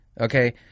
okay